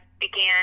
began